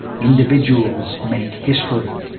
individuals make history.